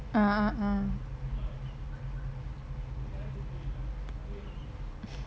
(uh huh) uh